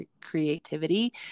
creativity